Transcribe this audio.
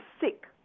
sick